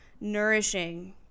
nourishing